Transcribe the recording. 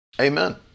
Amen